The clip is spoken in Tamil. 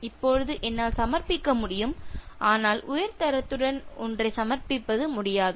இப்பொழுது என்னால் சமர்ப்பிக்க முடியும் ஆனால் உயர் தரத்துடன் ஒன்றை சமர்ப்பிக்க முடியாது